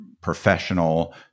professional